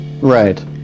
Right